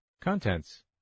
Contents